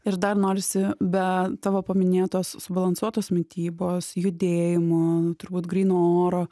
ir dar norisi be tavo paminėtos subalansuotos mitybos judėjimo turbūt gryno oro